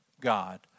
god